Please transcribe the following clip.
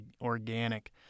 organic